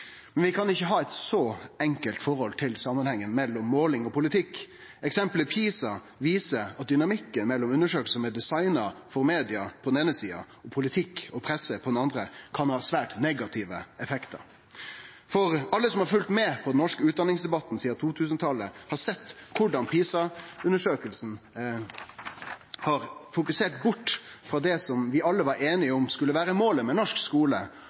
men vi kan ikkje ha eit så enkelt forhold til samanhengen mellom måling og politikk. Eksemplet PISA viser at dynamikken mellom undersøkingar som er designa for media på den eine sida og for politikk og presse på den andre, kan ha svært negative effektar. Alle som har følgt med på den norske utdanningsdebatten sidan 2000-talet, har sett korleis PISA-undersøkinga har fokusert seg bort frå det som vi alle var einige om skulle vere målet med norsk